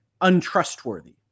untrustworthy